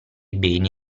beni